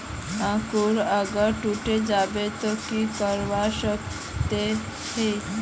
अंकूर अगर टूटे जाबे ते की करवा सकोहो ही?